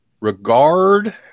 Regard